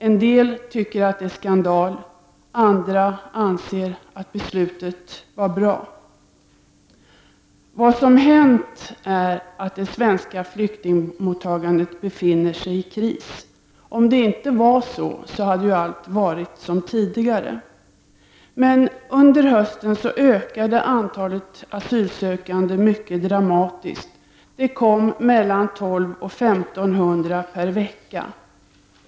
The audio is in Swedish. En del tycker att beslutet är en skandal, andra anser att det var ett bra beslut. Vad som hänt är att det svenska flyktingmottagandet befinner sig i kris. Om det inte förhållit sig så, hade allting varit som tidigare. Men under hösten ökade antalet asylsökande mycket dramatiskt. Det kom mellan 1 200 och 1 500 per vecka.